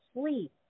sleep